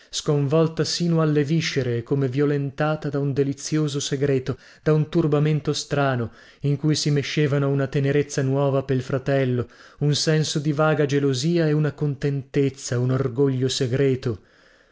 sconvolta sino alle viscere e come violentata da un delizioso segreto da un turbamento strano in cui si mescevano una tenerezza nuova pel fratello un senso di vaga gelosia e una contentezza un orgoglio segreto